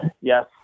yes